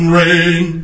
rain